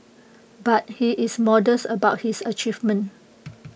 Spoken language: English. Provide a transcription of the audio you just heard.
but he is modest about his achievement